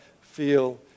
feel